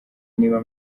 niba